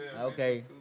Okay